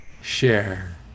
share